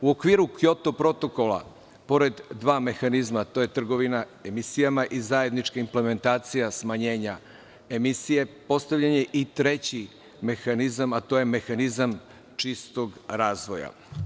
U okviru Kjoto protokola, pored dva mehanizma, a to je trgovina emisijama i zajednička implementacija smanjenja emisije, postavljen je i treći mehanizam, a to je mehanizam čistog razvoja.